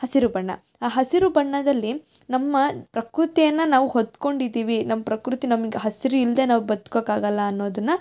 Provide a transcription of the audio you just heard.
ಹಸಿರು ಬಣ್ಣ ಆ ಹಸಿರು ಬಣ್ಣದಲ್ಲಿ ನಮ್ಮ ಪ್ರಕೃತಿಯನ್ನು ನಾವು ಹೊತ್ಕೊಂಡಿದ್ದೀವಿ ನಮ್ಮ ಪ್ರಕೃತಿ ನಮ್ಗೆ ಹಸ್ರು ಇಲ್ಲದೇ ನಾವು ಬದ್ಕೊಕ್ಕಾಗೋಲ್ಲ ಅನ್ನೋದನ್ನು